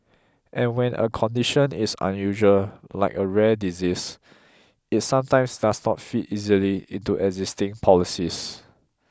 and when a condition is unusual like a rare disease it sometimes does not fit easily into existing policies